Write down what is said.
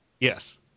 Yes